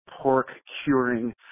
pork-curing